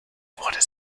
wurde